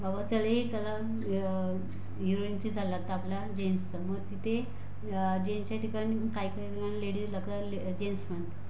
बाबा चल ए चला हिरोईनची झालं आता आपला ते जेन्टसचा मग तिथे जेन्टसच्या ठिकाणी काही काहीना लेडीज लागतात ले जेन्टस पण